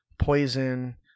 poison